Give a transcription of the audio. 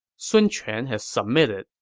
sun quan has submitted.